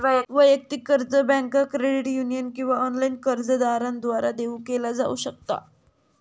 वैयक्तिक कर्ज बँका, क्रेडिट युनियन किंवा ऑनलाइन कर्जदारांद्वारा देऊ केला जाऊ शकता